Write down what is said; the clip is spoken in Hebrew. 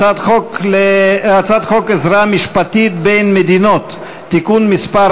הצעת חוק עזרה משפטית בין מדינות (תיקון מס'